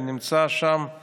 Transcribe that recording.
את רוצה שאני אפעיל עכשיו?